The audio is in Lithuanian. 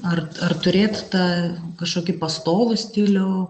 ar ar turėt tą kažkokį pastovų stilių